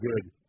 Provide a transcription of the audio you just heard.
good